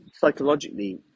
psychologically